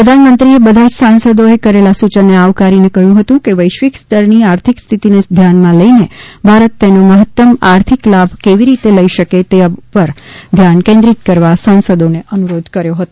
પ્રધાનમંત્રીએ બધા જ સાંસદોએ કરેલા સૂચનને આવકારીને કહ્યું હતું કે વૈશ્વિકસ્તરની આર્થિક સ્થિતિને ધ્યાનમાં લઈને ભારત તેનો મહત્તમ આર્થિક લાભ કેવી રીતે લઈ શકેતે ઉપર ધ્યાન કેન્દ્રીત કરવા સાંસદોને અનુરોધ કર્યો હતો